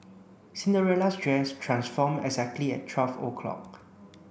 Cinderella's dress transformed exactly at twelve o'clock